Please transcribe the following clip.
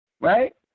right